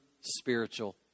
spiritual